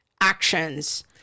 actions